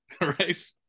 Right